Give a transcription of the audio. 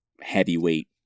heavyweight